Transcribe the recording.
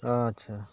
ᱟᱪᱪᱷᱟ